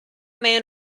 man